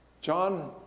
John